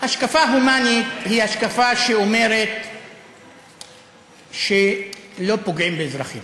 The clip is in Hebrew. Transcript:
השקפה הומנית היא השקפה שאומרת שלא פוגעים באזרחים,